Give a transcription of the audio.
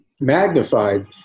magnified